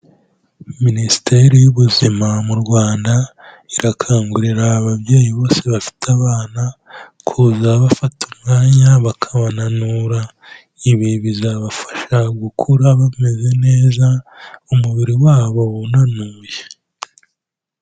Minisiteri y'ubuzima mu Rwanda, irakangurira ababyeyi bose bafite abana, kujya bafata umwanya bakabananura, ibi bizabafasha gukura bameze neza, umubiri wabo unanuye.